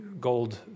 gold